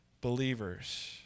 believers